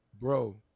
bro